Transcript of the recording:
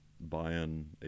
buying